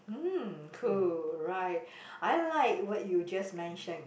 mm cool right I like what you just mention